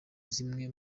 zimwe